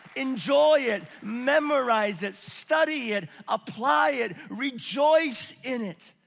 enjoy it, memorize it, study it, apply it, rejoice in it.